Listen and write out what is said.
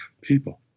people